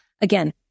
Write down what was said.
again